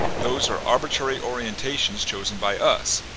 those are arbitrary orientations chosen by us.